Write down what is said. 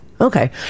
Okay